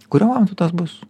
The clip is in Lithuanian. kuriuo momentu tas bus